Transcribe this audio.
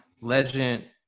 Legend